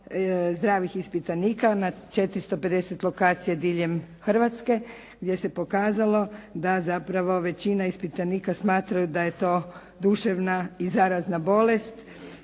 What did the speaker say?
zdravih ispitanika na 450 lokacija diljem Hrvatske gdje se pokazalo da zapravo većina ispitanika smatraju da je to duševna i zarazna bolest